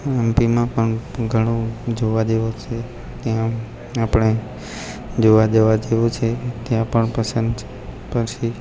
એમપીમાં પણ ઘણું જોવા જેવું છે ત્યાં આપણે જોવા જેવું છે ત્યાં પણ પસંદ છે પછી